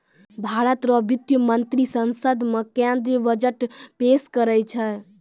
भारत रो वित्त मंत्री संसद मे केंद्रीय बजट पेस करै छै